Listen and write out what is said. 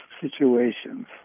situations